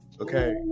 Okay